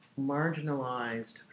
marginalized